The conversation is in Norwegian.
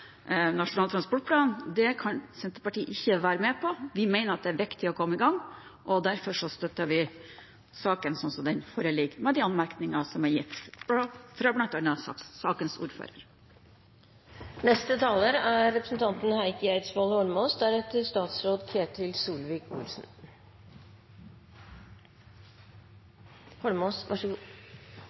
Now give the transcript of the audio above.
Nasjonal transportplan. Det kan Senterpartiet ikke være med på. Vi mener at det er viktig å komme i gang, og derfor støtter vi saken sånn som den foreligger, med de anmerkninger som er gitt, fra bl.a. sakens ordfører. Stortinget er god til å sette overordnede målsettinger, men regjeringen er